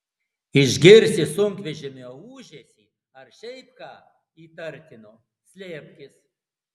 išgirsi sunkvežimio ūžesį ar šiaip ką įtartino slėpkis